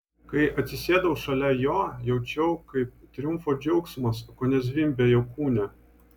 kai atsisėdau šalia jo jaučiau kaip triumfo džiaugsmas kone zvimbia jo kūne